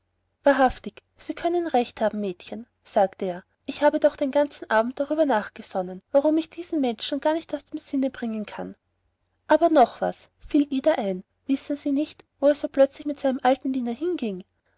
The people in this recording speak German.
wahrhaftig sie können recht haben mädchen sagte er habe ich doch den ganzen abend darüber nachgesonnen warum ich diesen menschen gar nicht aus dem sinne bringen kann aber noch etwas fiel ida ein wissen sie nicht wo er so plötzlich mit dem alten diener hinging